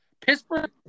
Pittsburgh